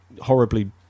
horribly